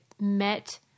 met